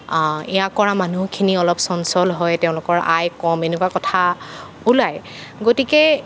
এয়া কৰা মানুহখিনি অলপ চঞ্চল হয় তেওঁলোকৰ আয় কম এনেকুৱা কথা ওলায় গতিকে